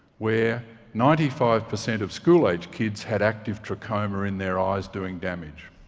where ninety five percent of school-aged kids had active trachoma in their eyes, doing damage.